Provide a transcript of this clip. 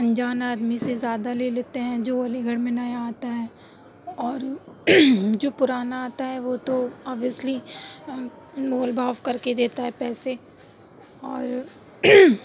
انجان آدمی سے زیادہ لے لیتے ہیں جو علی گڑھ میں نیا آتا ہے اور جو پرانا آتا ہے وہ تو ابویسلی مول بھاؤ کرکے دیتا ہے پیسے اور